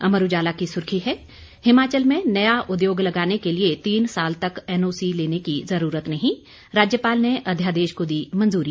अमर उजाला की सुर्खी है हिमाचल में नया उद्योग लगाने के लिए तीन साल तक एनओसी लेने की जरूरत नहीं राज्यपाल ने अध्यादेश को दी मंजूरी